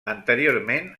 anteriorment